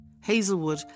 Hazelwood